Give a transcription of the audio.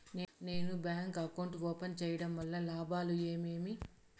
నేను bank account open సేయడం వల్ల లాభాలు ఏమేమి?